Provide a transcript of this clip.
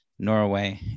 Norway